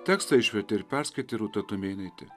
tekstą išvertė ir perskaitė rūta tumėnaitė